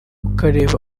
ukareba